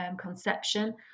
conception